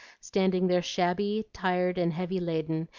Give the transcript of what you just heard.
standing there shabby, tired, and heavy-laden,